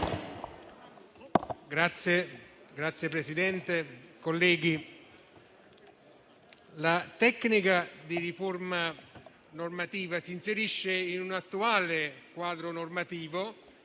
onorevoli colleghi, la tecnica di riforma normativa si inserisce in un attuale quadro normativo